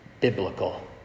biblical